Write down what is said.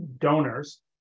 donors